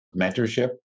mentorship